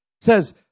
says